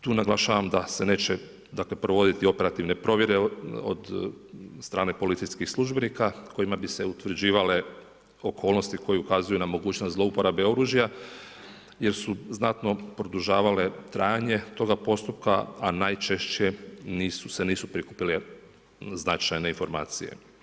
Tu naglašavam da se neće dakle provoditi operativne provjere od strane policijskih službenika kojima bi se utvrđivale okolnosti koje ukazuje na mogućnost zlouporabe oružja jer su znatno produžavale trajanje toga postupka, a najčešće nisu se prikupile značajne informacije.